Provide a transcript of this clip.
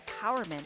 empowerment